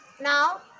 Now